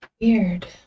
Weird